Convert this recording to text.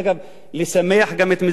לשמח גם את מדינת ישראל,